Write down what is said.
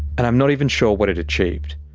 and i'm not even sure what it achieved.